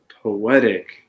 poetic